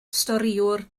storïwr